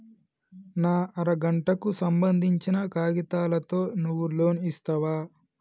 నా అర గంటకు సంబందించిన కాగితాలతో నువ్వు లోన్ ఇస్తవా?